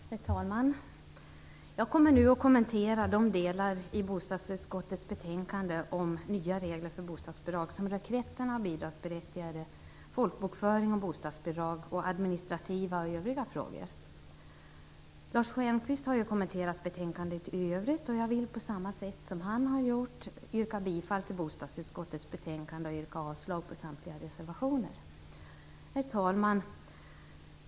Herr talman! Jag kommer nu att kommentera de delar i bostadsutskottets betänkande om nya regler för bostadsbidrag som rör kretsen av bidragsberättigade, folkbokföring och bostadsbidrag och administrativa och övriga frågor. Lars Stjernkvist har ju kommenterat betänkandet i övrigt. På samma sätt som han har gjort vill jag yrka bifall till hemställan i bostadsutskottets betänkande och avslag på samtliga reservationer. Herr talman!